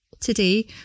Today